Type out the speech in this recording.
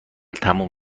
تموم